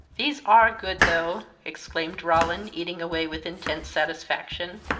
these are good, though! exclaimed roland, eating away with intense satisfaction.